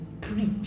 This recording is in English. preach